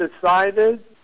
decided